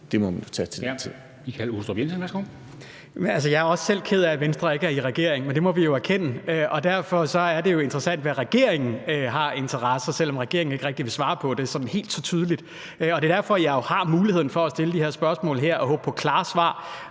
Aastrup Jensen (V): Jeg er også selv ked af, at Venstre ikke er i regering, men det må vi jo erkende, og derfor er det jo så interessant, hvad regeringen har af interesser, selv om regeringen ikke rigtig vil svare på det sådan helt tydeligt. Det er derfor, jeg har muligheden for at stille de her spørgsmål her og håbe på klare svar,